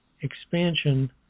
expansion